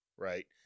Right